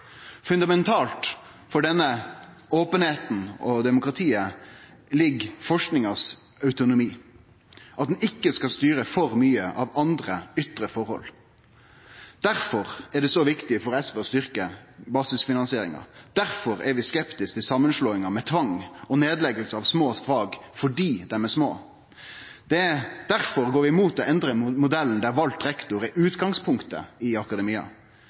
Fundamentalt for denne openheita og dette demokratiet ligg forskingas autonomi – at ho ikkje skal bli styrt for mykje av andre, ytre forhold. Difor er det så viktig for SV å styrkje basisfinansieringa. Difor er vi skeptiske til samanslåingar med tvang og nedlegging av små fag fordi dei er små. Difor går vi imot å endre modellen der vald rektor er utgangspunktet i akademia.